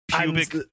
Pubic